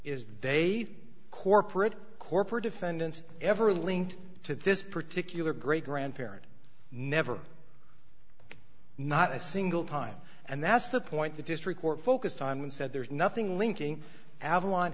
is they've corporate corporate defendants ever linked to this particular great grandparent never not a single time and that's the point the district court focused on and said there's nothing linking avalon